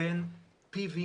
בין פי.וי.